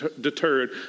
deterred